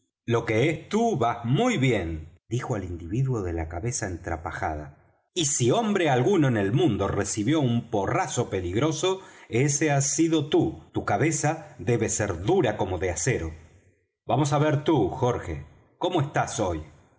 lo que es tú vas muy bien dijo al individuo de la cabeza entrapajada y si hombre alguno en el mundo recibió un porrazo peligroso ése has sido tú tu cabeza debe ser dura como de acero vamos á ver tú jorge cómo estás hoy